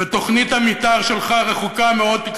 ותוכנית המתאר שלך רחוקה מאוד,